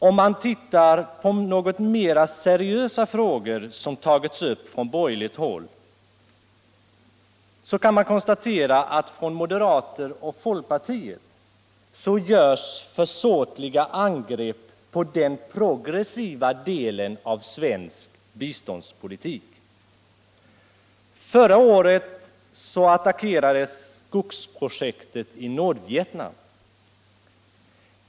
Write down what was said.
Om man tittar på något mer seriösa frågor som tagits upp från borgerligt håll, kan man konstatera att moderater och folkpartister gör försåtliga angrepp på den progressiva delen av svensk biståndspolitik. Förra året attackerades skogsprojektet i Nordvietnam.